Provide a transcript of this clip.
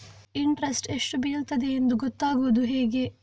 Interest ಎಷ್ಟು ಬೀಳ್ತದೆಯೆಂದು ಗೊತ್ತಾಗೂದು ಹೇಗೆ?